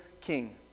king